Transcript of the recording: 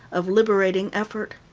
of liberating effort.